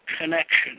connection